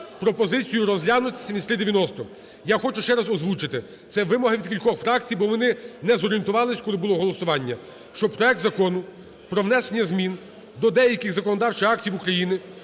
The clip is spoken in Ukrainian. пропозицію розглянути 7390. Я хочу ще раз озвучити. Це вимога від кількох фракцій, бо вони не зорієнтувались, коли було голосування, що проект Закону про внесення змін до деяких законодавчих актів України